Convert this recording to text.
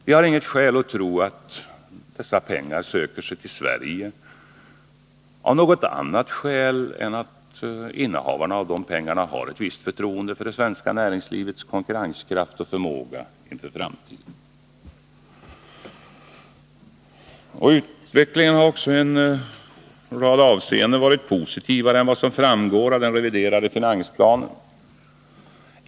Vi har inget skäl att tro att dessa pengar söker sig till Sverige av någon annan anledning än att innehavarna av de pengarna har ett visst förtroende för det svenska näringslivets konkurrenskraft och förmåga inför framtiden. Utvecklingen har också i en rad avseenden varit positivare än vad som framgår av den reviderade finansplanen.